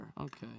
Okay